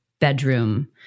bedroom